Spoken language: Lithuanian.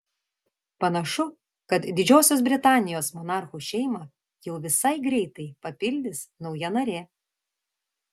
panašu kad didžiosios britanijos monarchų šeimą jau visai greitai papildys nauja narė